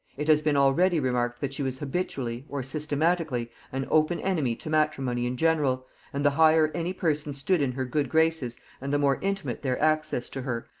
it has been already remarked that she was habitually, or systematically, an open enemy to matrimony in general and the higher any persons stood in her good graces and the more intimate their access to her,